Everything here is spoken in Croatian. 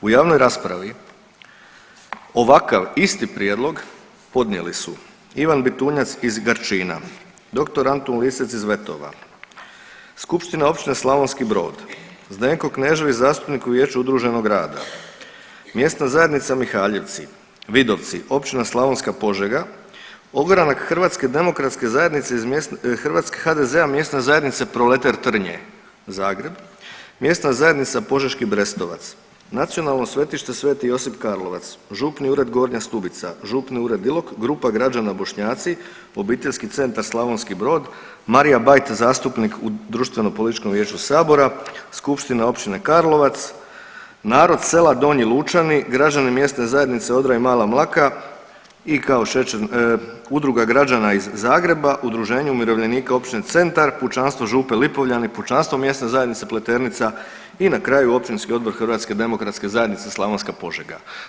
U javnoj raspravi ovakav isti prijedlog podnijeli su Ivan Bitunjac iz Grčina, dr. Antun Lisac iz Vetova, Skupština Općine Slavonski Brod, Zdenko Knežević zastupnik u Vijeću udruženog rada, Mjesna zajednica Mihaljevci, Vidovci Općina Slavonska Požega, Ogranak HDZ-a Mjesne zajednice Proleter Trnje Zagreb, Mjesna zajednica Požeški Brestovac, Nacionalno svetište sv. Josip Karlovac, Župni ured Gornja Stubica, Župni ured Ilok, grupa građana Bošnjaci, Obiteljski centar Slavonski Brod, Marija Bajt zastupnik u društvenopolitičkom vijeću sabora, Skupština općine Karlovac, narod sela Donji Lučani, građani Mjesne zajednice Odra i Mala Mlaka i kao šećer udruga građana iz Zagreba, udruženje umirovljenika Općine Centar, pučanstvo Župe Lipovljani i pučanstvo Mjesne zajednice Pleternica i na kraju Općinski odbor HDZ-a Slavonska Požega.